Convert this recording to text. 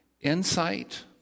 insight